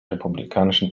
republikanischen